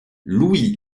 louis